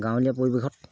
গাঁৱলীয়া পৰিৱেশত